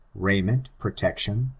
raiment, protection,